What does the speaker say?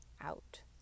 out